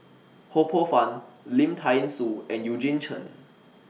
Ho Poh Fun Lim Thean Soo and Eugene Chen